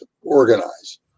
organize